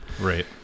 right